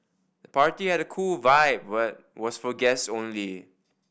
the party had a cool vibe but was for guests only